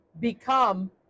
become